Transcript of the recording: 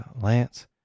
Lance